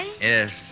Yes